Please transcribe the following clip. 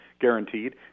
guaranteed